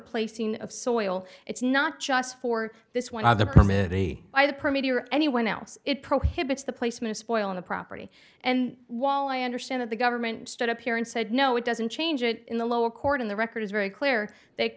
placing of soil it's not just for this one of the committee by the permit or anyone else it prohibits the placement spoiling a property and while i understand that the government stood up here and said no it doesn't change it in the lower court in the record is very clear th